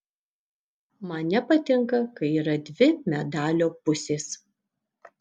man nepatinka kai yra dvi medalio pusės